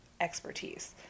expertise